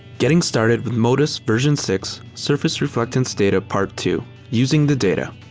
getting started with modis version six surface reflectance data part two using the data.